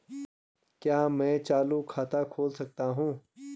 क्या मैं चालू खाता खोल सकता हूँ?